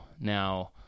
Now